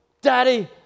daddy